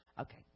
Okay